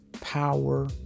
power